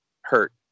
hurt